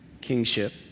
kingship